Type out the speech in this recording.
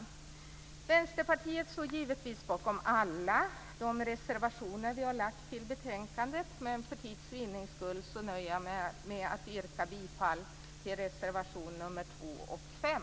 Vi i Vänsterpartiet står givetvis bakom alla de reservationer som vi har lagt till betänkandet, men för tids vinnande nöjer jag mig med att yrka bifall till reservationerna nr 2 och 5.